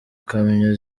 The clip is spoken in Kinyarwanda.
kamyo